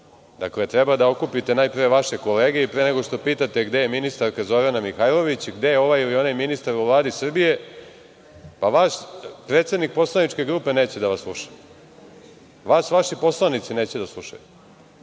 treba da okupite najpre vaše kolege i pre nego što pitate gde je ministarka Zorana Mihajlović i gde je onaj ili ovaj ministar u Vladi Srbije, pa vaš predsednik poslaničke grupe neće da vas sluša. Vas vaši poslanici neće da slušaju.I,